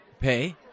Pay